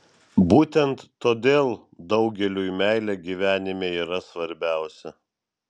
būtent todėl daugeliui meilė gyvenime yra svarbiausia